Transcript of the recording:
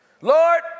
Lord